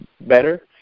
better